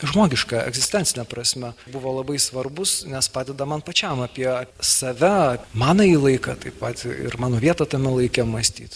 žmogiška egzistencine prasme buvo labai svarbūs nes padeda man pačiam apie save manąjį laiką taip pat ir mano vietą tame laike mąstyt